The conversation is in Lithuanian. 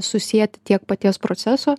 susieti tiek paties proceso